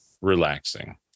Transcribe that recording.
relaxing